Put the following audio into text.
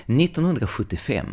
1975